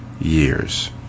years